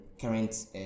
current